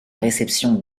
réception